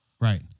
Right